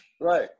Right